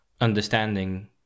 understanding